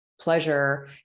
pleasure